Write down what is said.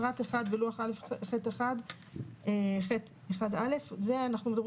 פרט (1) בלוח ח'1א זה אנחנו מדברים